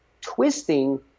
twisting